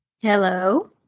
Hello